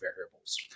variables